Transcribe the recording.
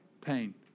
pain